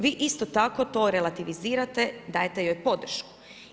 Vi isto tako to relativizirate, dajete joj podršku.